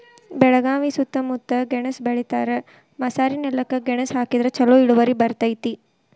ಬೆಳಗಾವಿ ಸೂತ್ತಮುತ್ತ ಗೆಣಸ್ ಬೆಳಿತಾರ, ಮಸಾರಿನೆಲಕ್ಕ ಗೆಣಸ ಹಾಕಿದ್ರ ಛಲೋ ಇಳುವರಿ ಬರ್ತೈತಿ